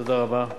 תודה רבה.